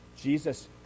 Jesus